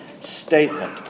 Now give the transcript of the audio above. statement